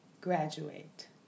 graduate